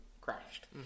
crashed